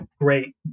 great